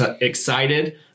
excited